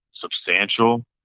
substantial